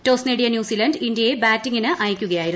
toss നേടിയ New Zealand ഇന്ത്യയെ ബാറ്റിംഗിന് അയക്കുകയായിരുന്നു